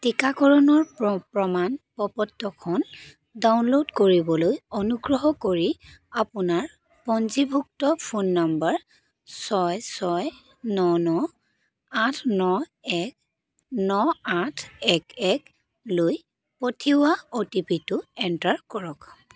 টীকাকৰণৰ প প্ৰমাণ প পত্ৰখন ডাউনল'ড কৰিবলৈ অনুগ্ৰহ কৰি আপোনাৰ পঞ্জীভুক্ত ফোন নম্বৰ ছয় ছয় ন ন আঠ ন এক ন আঠ এক এক লৈ পঠিওৱা অ' টি পি টো এণ্টাৰ কৰক